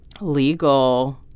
legal